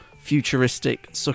futuristic